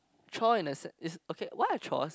chore in the sense okay what are chores